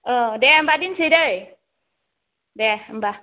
ओ दे होमब्ला दोनसै दै दे होमब्ला